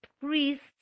priests